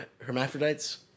hermaphrodites